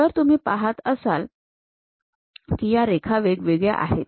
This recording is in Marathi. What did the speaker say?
तर तुम्ही पाहत असला की या रेखा वेगवेगळ्या आहेत